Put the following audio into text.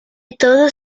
todos